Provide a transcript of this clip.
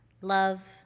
love